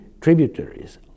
tributaries